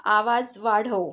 आवाज वाढव